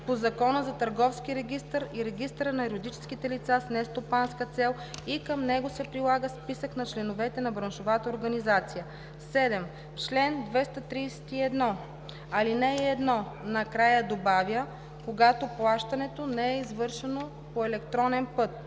по Закона за Търговския регистър и регистъра на юридическите лица с нестопанска цел и към него се прилага списък на членовете на браншовата организация.“ 7. В чл. 231, ал. 1 накрая добавя „когато плащането не е извършено по електронен път“.